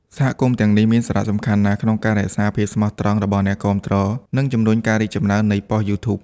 សហគមន៍ទាំងនេះមានសារៈសំខាន់ណាស់ក្នុងការរក្សាភាពស្មោះត្រង់របស់អ្នកគាំទ្រ និងជំរុញការរីកចម្រើននៃប៉ុស្តិ៍ YouTube ។